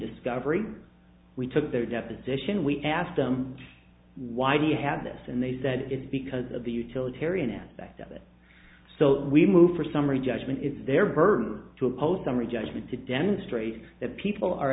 discovery we took their deposition we asked them why do you have this and they said it's because of the utilitarian aspect of it so we move for summary judgment is their burden to a post summary judgment to demonstrate that people are